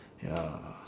ya